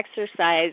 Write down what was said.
exercise